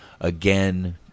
again